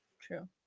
true